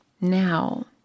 Now